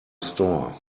store